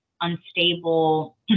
unstable